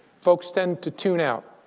folks tend to tune out.